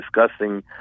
discussing